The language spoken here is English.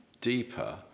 deeper